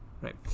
right